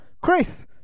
Chris